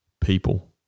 people